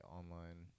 online